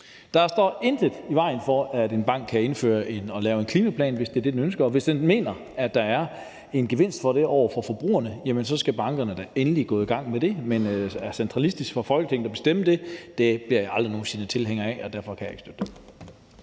Der står intet i vejen for, at en bank kan lave en klimaplan, hvis det er det, den ønsker. Hvis man mener, at der er en gevinst ved det over for forbrugerne, jamen så skal bankerne da endelig gå i gang med det. Men at bestemme det centralistisk fra Folketingets side bliver jeg aldrig nogen sinde tilhænger af, og derfor kan jeg ikke støtte det.